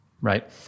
right